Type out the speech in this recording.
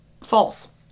False